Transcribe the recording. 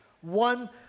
one